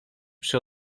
przy